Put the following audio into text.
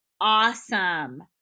awesome